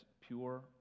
pure